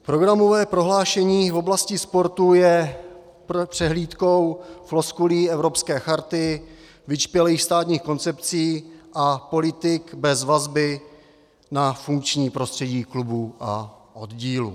Programové prohlášení v oblasti sportu je přehlídkou floskulí evropské charty, vyčpělých státních koncepcí a politik bez vazby na funkční prostředí klubů a oddílů.